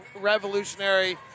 revolutionary